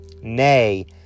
nay